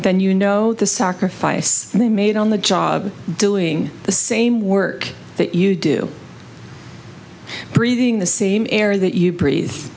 then you know the sacrifice they made on the job doing the same work that you do breathing the same air that you bre